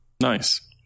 Nice